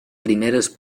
primeres